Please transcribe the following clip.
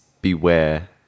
beware